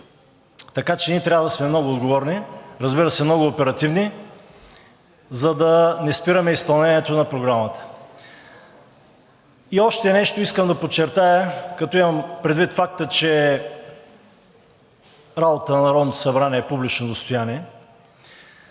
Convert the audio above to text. Така че ние трябва да сме много отговорни, разбира се, много оперативни, за да не спираме изпълнението на Програмата. И още нещо искам да подчертая, като имам предвид факта, че работата на Народното събрание е публично достояние,